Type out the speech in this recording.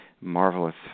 marvelous